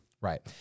Right